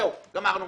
זהו, גמרנו.